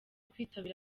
kwitabira